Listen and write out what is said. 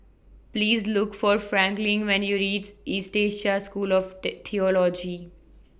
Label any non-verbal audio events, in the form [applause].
Please Look For Franklyn when YOU REACH East Asia School of [unintelligible] Theology